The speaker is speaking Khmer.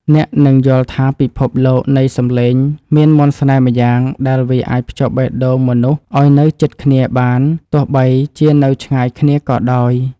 អ្នកនឹងយល់ថាពិភពលោកនៃសំឡេងមានមន្តស្នេហ៍ម្យ៉ាងដែលវាអាចភ្ជាប់បេះដូងមនុស្សឱ្យនៅជិតគ្នាបានទោះបីជានៅឆ្ងាយគ្នាក៏ដោយ។